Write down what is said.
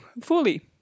fully